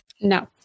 No